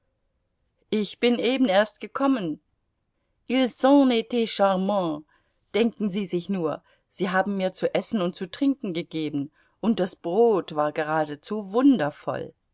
ich bin eben erst gekommen ils ont t charmants denken sie sich nur sie haben mir zu essen und zu trinken gegeben und das brot war geradezu wundervoll